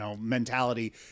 mentality